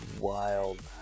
wild